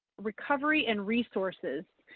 recovery and resources.